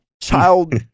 child